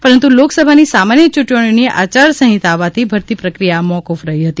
પરંતુ લોકસભાની સામાન્ય ચ્રંટણીઓની આયારસંહિતા આવવાથી ભરતી પ્રક્રિયા મોકુફ રહેલ